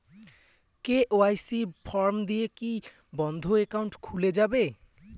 KYC form দিয়ে কি বন্ধ একাউন্ট খুলে যাবে?